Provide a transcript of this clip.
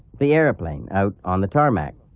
the airplane out on the tarmac,